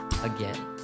again